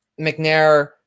McNair